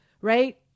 right